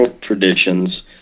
traditions